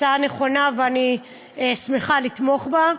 הצעה נכונה, ואני שמחה לתמוך בה.